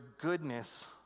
goodness